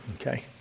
Okay